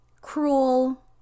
cruel